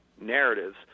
narratives